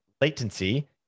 latency